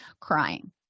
crying